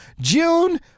June